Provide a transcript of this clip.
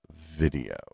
video